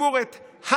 הציגו לציבור את הכול.